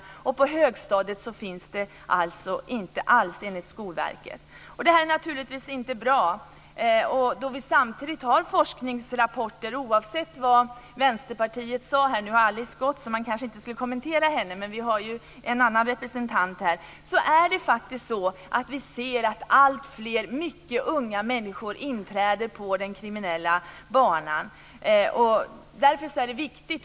På högstadiet finns det inte alls, enligt Skolverket. Det här är naturligtvis inte bra. Oavsett vad Vänsterpartiet sade finns det forskningsrapporter som visar att alltfler mycket unga människor inträder på den kriminella banan. Nu har Alice Åström gått, så jag ska kanske inte kommentera hennes inlägg, men det finns ju en annan representant här för Vänsterpartiet.